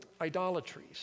idolatries